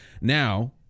Now